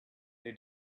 they